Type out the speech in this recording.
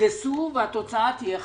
יקרסו והתוצאה תהיה חמורה.